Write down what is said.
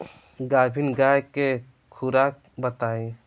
गाभिन गाय के खुराक बताई?